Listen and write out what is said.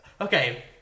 okay